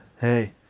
hey